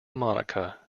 monica